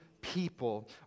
people